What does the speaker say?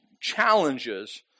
challenges